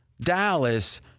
Dallas